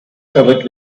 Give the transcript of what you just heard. covered